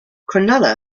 cronulla